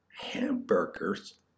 Hamburgers